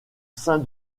sein